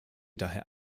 daher